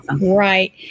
Right